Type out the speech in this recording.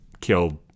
killed